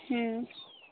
ହୁଁ